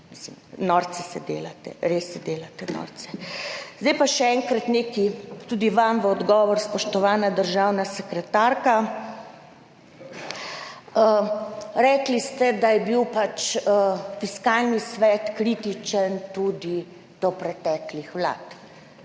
norce si delate, res si delate norce. Zdaj pa še enkrat nekaj tudi vam v odgovor, spoštovana državna sekretarka. Rekli ste, da je bil pač Fiskalni svet kritičen tudi do preteklih vlad.